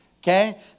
Okay